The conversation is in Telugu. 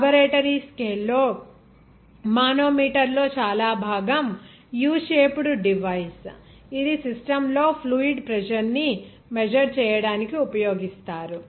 లాబరేటరీ స్కేల్ లో మానోమీటర్లో చాలా భాగం U షేపుడ్ డివైస్ ఇది సిస్టమ్ లో ఫ్లూయిడ్ ప్రెజర్ ని మెజర్ చేయడానికి ఉపయోగిస్తారు